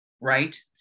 right